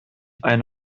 ein